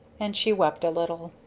and she wept a little.